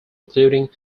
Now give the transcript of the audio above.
including